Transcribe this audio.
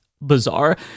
bizarre